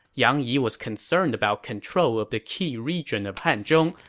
yang yi was concerned about control of the key region of hanzhong,